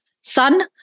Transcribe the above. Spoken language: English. son